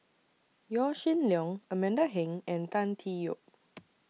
Yaw Shin Leong Amanda Heng and Tan Tee Yoke